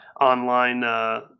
online